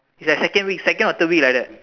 it's like second week second or third week like that